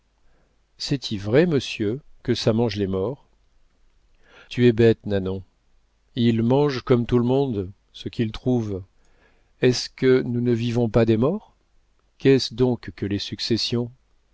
c'est-y vrai monsieur que ça mange les morts tu es bête nanon ils mangent comme tout le monde ce qu'ils trouvent est-ce que nous ne vivons pas de morts qu'est-ce donc que les successions